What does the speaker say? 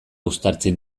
uztartzen